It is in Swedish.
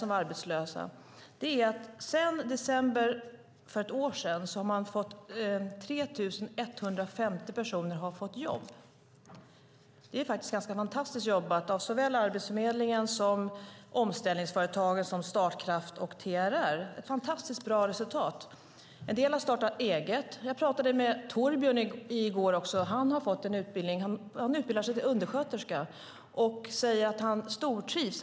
Vi kan konstatera att sedan december förra året har 3 150 personer fått jobb. Det är ganska fantastiskt jobbat av Arbetsförmedlingen, omställningsföretaget Startkraft och Trygghetsrådet. Det är ett fantastiskt bra resultat. En del har startat eget. I går talade jag med Torbjörn. Han har fått en utbildning. Han utbildar sig till undersköterska och säger att han stortrivs.